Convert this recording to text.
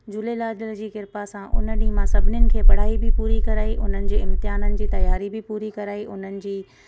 झूलेलाल जी कृपा सां हुन ॾींहुं मां सभिनिनि खे पढ़ाई बि पूरी कराई हुननि जी इम्तिहाननि जी तियारी बि पूरी कराई हुननि जी